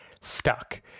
stuck